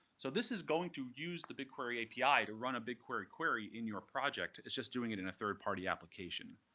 so this is going to use the bigquery api to run a bigquery query in your project. it's just doing it in a third party application.